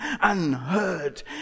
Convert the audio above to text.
unheard